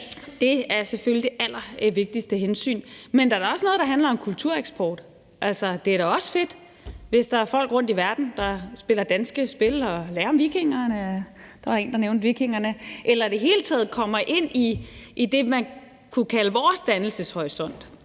Det er selvfølgelig det allervigtigste hensyn. Men der er da også noget, der handler om kultureksport. Det er da også fedt, hvis der er folk rundt i verden, der spiller danske spil og lærer om vikingerne; der var en her, der nævnte vikingerne. Eller at det i det hele taget kommer ind i det, man kunne kalde vores dannelseshorisont.